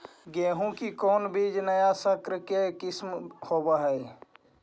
गेहू की कोन बीज नया सकर के किस्म होब हय?